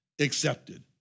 Accepted